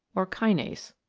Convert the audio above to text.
or kinase.